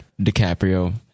DiCaprio